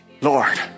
Lord